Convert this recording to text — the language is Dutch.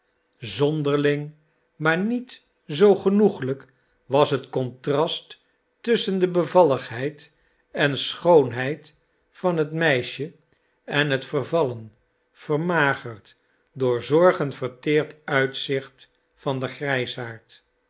zonderling maar niet zoo genoeglijk was het contrast tusschen de bevalligheid en schoonheid van het meisje en het vervallen vermagerd door zorgen verteerd uitzicht van den